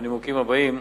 מהנימוקים הבאים: